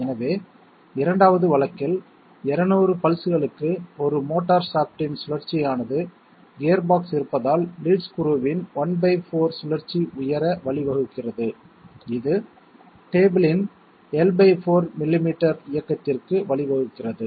எனவே 2 வது வழக்கில் 200 பல்ஸ்களுக்கு 1 மோட்டார் ஷாஃப்ட்டின் சுழற்சி ஆனது கியர்பாக்ஸ் இருப்பதால் லீட் ஸ்க்ரூவின் ¼ சுழற்சி உயர வழிவகுக்கிறது இது டேபிள் இன் L 4 மில்லிமீட்டர் இயக்கத்திற்கு வழிவகுக்கிறது